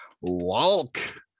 Walk